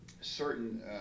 certain